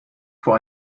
vor